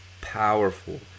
powerful